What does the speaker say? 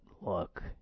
look